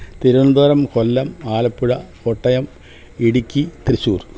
Thiruvananthapuram Kollam Alappuzha Kottayam Idukki Thrissur